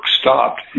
stopped